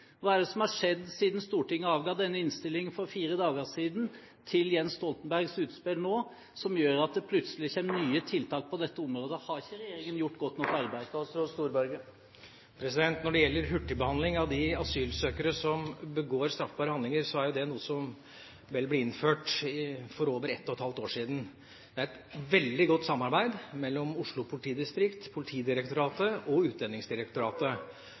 Hva er det som har skjedd siden Stortinget avga denne innstillingen for fire dager siden, til Jens Stoltenbergs utspill nå, som gjør at det plutselig kommer nye tiltak på dette området? Har ikke regjeringen gjort godt nok arbeid? Når det gjelder hurtigbehandling av de asylsøkere som begår straffbare handlinger, er jo det noe som vel ble innført for over ett og et halvt år siden. Det er et veldig godt samarbeid mellom Oslo politidistrikt, Politidirektoratet og